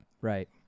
Right